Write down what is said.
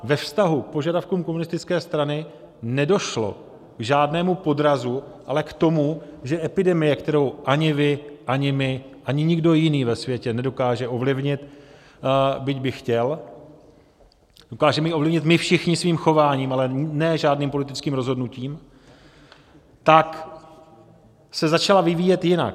To znamená, ve vztahu k požadavkům komunistické strany nedošlo k žádnému podrazu, ale k tomu, že epidemie, kterou ani vy, ani my, ani nikdo jiný ve světě nedokáže ovlivnit, byť by chtěl dokážeme ji ovlivnit my všichni svým chováním, ale ne žádným politickým rozhodnutím se začala vyvíjet jinak.